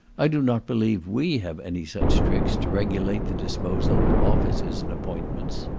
i do not believe we have any such tricks to regulate the disposal of offices and appointments.